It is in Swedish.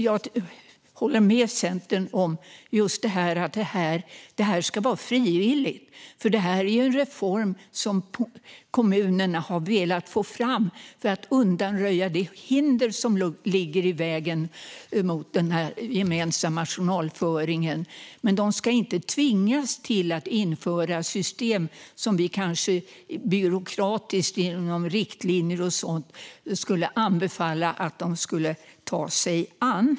Jag håller med Centern om att det här ska vara frivilligt, för det är en reform som kommunerna har velat få fram för att undanröja de hinder som ligger i vägen för den gemensamma journalföringen. Men de ska inte tvingas införa system som vi kanske byråkratiskt genom riktlinjer och sådant anbefaller att de ska ta sig an.